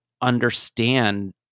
understand